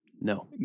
No